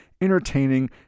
entertaining